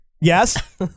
Yes